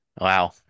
Wow